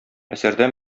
әсәрдә